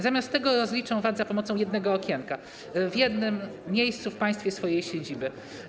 Zamiast tego rozliczą VAT za pomocą jednego okienka, w jednym miejscu w państwie swojej siedziby.